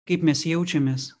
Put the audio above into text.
kaip mes jaučiamės